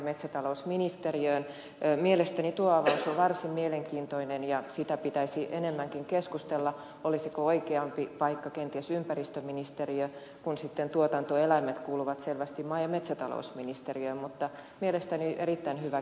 mielestäni tuo avaus on varsin mielenkiintoinen ja siitä pitäisi enemmänkin keskustella olisiko oikeampi paikka kenties ympäristöministeriö kun sitten tuotantoeläimet kuuluvat selvästi maa ja metsätalousministeriöön mutta mielestäni erittäin hyvä keskustelunavaus